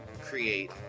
create